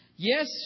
Yes